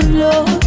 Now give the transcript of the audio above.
love